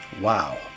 Wow